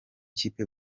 kipe